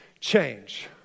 change